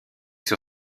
sur